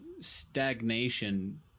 stagnation